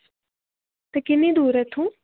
ते किन्नी दूर ऐ इत्थूं